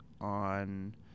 on